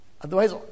Otherwise